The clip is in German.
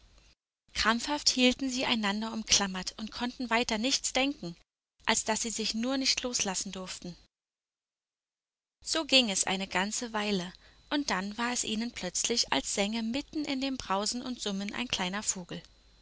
krampfhaft hielten sie einander umklammert und konnten weiter nichts denken als daß sie sich nur nicht loslassen durften so ging es eine ganze weile und dann war es ihnen plötzlich als sänge mitten in dem brausen und summen ein kleiner vogel